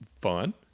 Fun